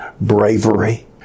bravery